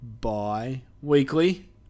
bi-weekly